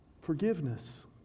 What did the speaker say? Forgiveness